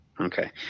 Okay